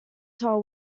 tell